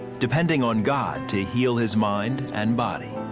depending on god to heal his mind and body.